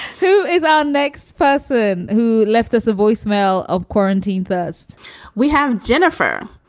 who is our next person who left us a voicemail of quarantine? first we have jennifer,